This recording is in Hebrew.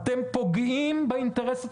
אתם פוגעים באינטרס הציבורי.